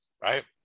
right